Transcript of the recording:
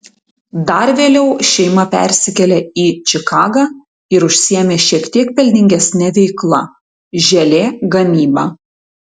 dar vėliau šeima persikėlė į čikagą ir užsiėmė šiek tiek pelningesne veikla želė gamyba